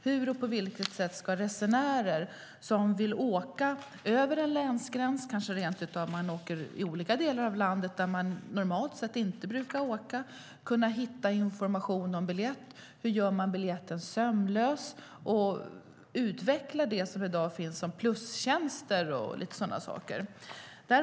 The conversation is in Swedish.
Hur och på vilket sätt ska resenärer som vill åka över en länsgräns, och som kanske rent av åker i olika delar av landet där de normalt sett inte brukar åka, kunna hitta information om biljetter? Hur gör man biljetten sömlös, utvecklar det som i dag finns som plustjänster och lite sådana saker?